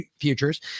Futures